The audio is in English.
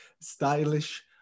stylish